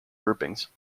groupings